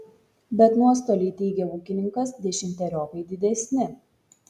bet nuostoliai teigia ūkininkas dešimteriopai didesni